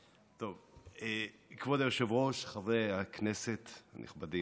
כבוד היושב-ראש, חברי הכנסת הנכבדים,